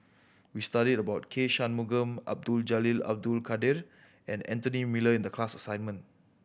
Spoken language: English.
we studied about K Shanmugam Abdul Jalil Abdul Kadir and Anthony Miller in the class assignment